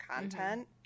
content